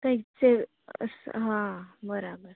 કંઈ છે હા બરાબર